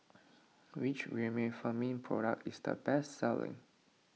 which Remifemin product is the best selling